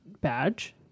badge